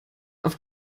auf